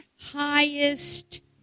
highest